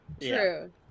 true